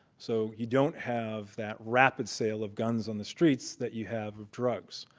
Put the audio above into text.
so you don't have that rapid sale of guns on the streets that you have of drugs.